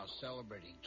celebrating